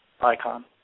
icon